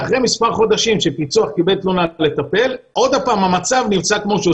שאחרי מספר חודשים שפיצוח קיבל תלונה לטפל עוד הפעם המצב נמצא כמו שהוא.